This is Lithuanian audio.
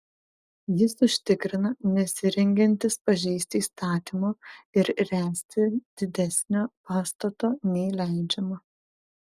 jis užtikrina nesirengiantis pažeisti įstatymo ir ręsti didesnio pastato nei leidžiama